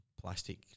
plastic